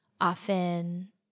often